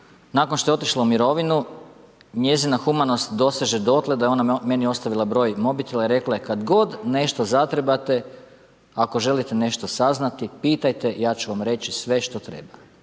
Nakon što je otišla u mirovinu, njezina humanost doseže dotle da je ona meni ostavila broj mobitela i rekla je kad god nešto zatrebate, ako želite nešto saznati, pitajte, ja ću vam reći sve što treba.